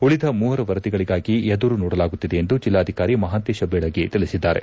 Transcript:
ಉಳಿದ ಮೂವರ ವರದಿಗಳಿಗಾಗಿ ಎದುರು ನೋಡಲಾಗುತ್ತಿದೆ ಎಂದು ಜಲ್ಲಾಧಿಕಾರಿ ಮಹಾಂತೇಶ ಬೀಳಗಿ ತಿಳಿಸಿದ್ದಾರೆ